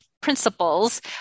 principles